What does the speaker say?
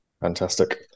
fantastic